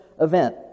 event